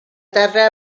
terra